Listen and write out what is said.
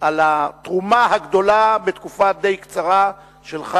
על התרומה הגדולה שלך